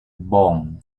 bonn